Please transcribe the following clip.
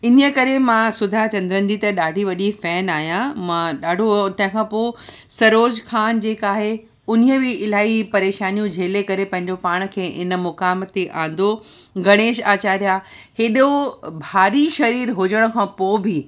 इनीअ करे मां सुधा चंद्रन जी त ॾाढी वॾी फैन आहियां मां ॾाढो तंहिंखां पोइ सरोज खान जेका आहे उनीअ बि इलाही परेशानियूं झेले करे पंहिंजे पाण खे इन मुकाम ते आंदो गणेश आचार्या हेॾो भारी शरीर हुजण खां पो बि